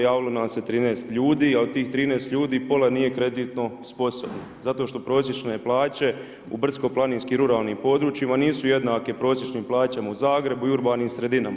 Javilo nam se 13 ljudi, a od tih 13 ljudi pola nije kreditno sposobno zato što prosječne plaće u brdsko-planinskim ruralnim područjima nisu jednake prosječnim plaćama u Zagrebu i urbanim sredinama.